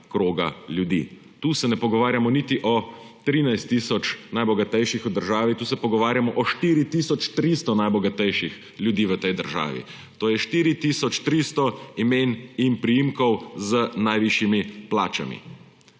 kroga ljudi. Tu se ne pogovarjamo niti o 13 tisoč najbogatejših v državi, tu se pogovarjamo o 4 tisoč 300 najbogatejših ljudeh v tej državi. To je 4 tisoč 300 imen in priimkov z najvišjimi plačami.